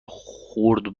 خورد